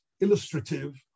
illustrative